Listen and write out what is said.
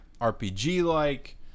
RPG-like